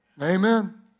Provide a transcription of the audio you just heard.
Amen